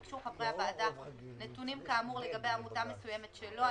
ביקשו חברי הוועדה נתונים כאמור לגבי עמותה מסוימת שלא